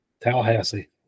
Tallahassee